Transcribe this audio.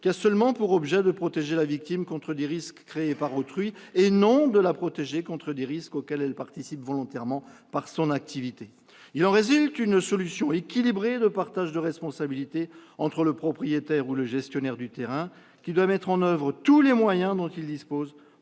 qui a seulement pour objet de protéger la victime contre des risques créés par autrui, et non contre des risques auxquels elle participe volontairement par son activité. Il en résulte une solution équilibrée de partage de responsabilité entre le propriétaire ou le gestionnaire du terrain, qui doit mettre en oeuvre tous les moyens dont il dispose